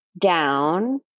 down